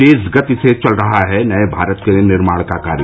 तेज गति से चल रहा है नये भारत के निर्माण का कार्य